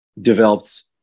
developed